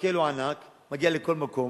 המקל הוא ענק, מגיע לכל מקום,